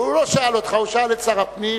אבל הוא לא שאל אותך, הוא שאל את שר הפנים.